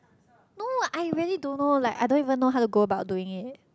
no I really don't know like I don't even know how to go about doing it